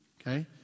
Okay